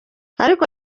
ariko